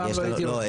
לא,